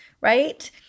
right